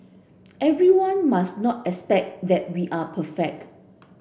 everyone must not expect that we are perfect